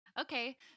Okay